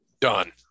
done